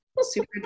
Super